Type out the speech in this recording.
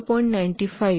95 दिलेली आहे